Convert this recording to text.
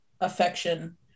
affection